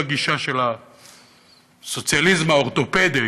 הגישה של "הסוציאליזם האורתופדי",